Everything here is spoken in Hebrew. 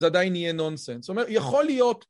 זה עדיין יהיה ׳נונסנס׳, זאת אומרת יכול להיות